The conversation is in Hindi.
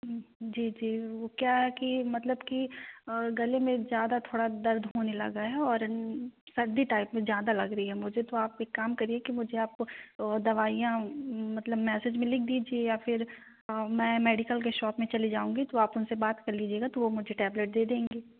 जी जी वो क्या है कि मतलब की गले में जादा थोड़ा दर्द होने लगा है और सर्दी टाइप में जादा लग रही है मुझे तो आप एक काम करिए कि मुझे आप वो वो दवाईयाँ मतलब मैसेज में लिख दीजिए या फिर मैं मेडिकल के शॉप में चली जाऊँगी तो आप उनसे बात कर लीजिएगा तो वो मुझे टैबलेट दे देंगे